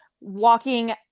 walking